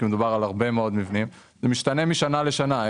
לכן זה משתנה משנה לשנה.